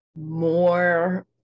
more